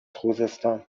خوزستان